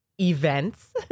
events